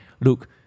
look